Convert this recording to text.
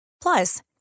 Plus